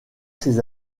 ses